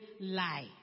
lie